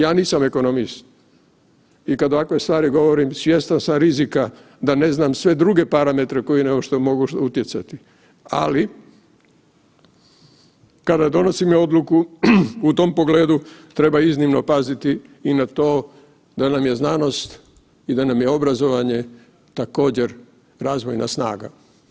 Ja nisam ekonomist i kada ovakve stvari govorim svjestan sam rizika da ne znam sve druge parametre koji nešto mogu utjecati, ali kada donosimo odluku u tom pogledu treba iznimno paziti i na to da nam je znanost i da nam je obrazovanje također razvojna snaga.